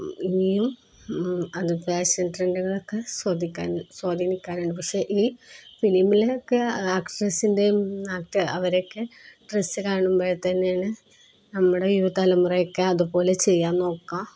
ഇനിയും അത് ഫാഷൻ ട്രെൻഡുകളൊക്കെ സ്വാധീനിക്കാനുണ്ട് പക്ഷെ ഈ ഫിലിമിലൊക്കെ ആക്ട്രസ്സിൻ്റെയും ആക്ടര് അവരുടെയൊക്കെ ഡ്രസ്സ് കാണുമ്പോഴത്തേക്കാണ് നമ്മുടെ യുവ തലമുറയൊക്കെ അതുപോലെ ചെയ്യാൻ നോക്കുക